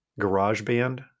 GarageBand